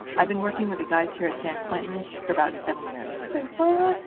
i've been working with the guys here at san quentin for about seven years say what?